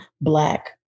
black